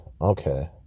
okay